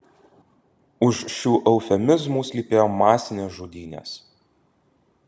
už šių eufemizmų slypėjo masinės žudynės